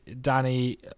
Danny